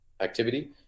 activity